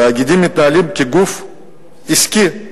התאגידים מתנהלים כגוף עסקי,